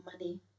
money